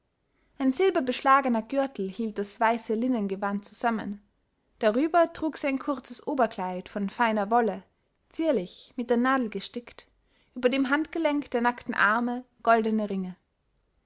ein silberbeschlagener gürtel hielt das weiße linnengewand zusammen darüber trug sie ein kurzes oberkleid von feiner wolle zierlich mit der nadel gestickt über dem handgelenk der nackten arme goldene ringe